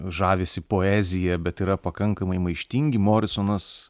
žavisi poezija bet yra pakankamai maištingi morisonas